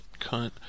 cunt